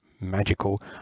magical